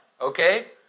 okay